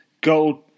go